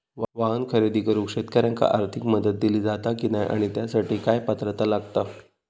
वाहन खरेदी करूक शेतकऱ्यांका आर्थिक मदत दिली जाता की नाय आणि त्यासाठी काय पात्रता लागता?